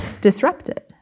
disrupted